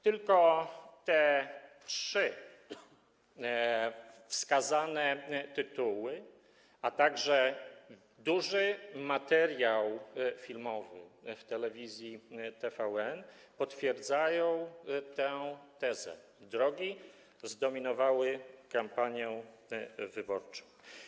Tylko te trzy wskazane tytuły, a także duży materiał filmowy w telewizji TVN potwierdzają tę tezę: drogi zdominowały kampanię wyborczą.